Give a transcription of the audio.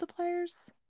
multipliers